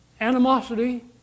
animosity